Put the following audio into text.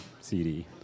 CD